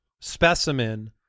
specimen